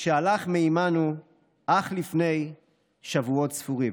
שהלך מעימנו אך לפני שבועות ספורים.